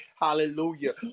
Hallelujah